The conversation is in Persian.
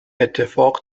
اتفاق